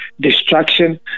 destruction